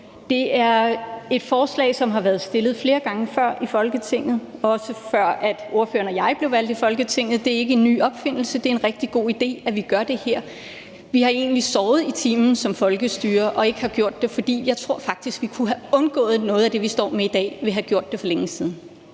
Det er et forslag, som har været fremsat flere gange før i Folketinget, også før ordføreren og jeg blev valgt i Folketinget. Det er ikke ny opfindelse. Det er en rigtig god idé, at vi gør det her. Vi har egentlig sovet i timen som folkestyre ved ikke at have gjort det. For jeg tror faktisk, at vi kunne have undgået noget af det, vi står med i dag, ved at have gjort det for længe siden.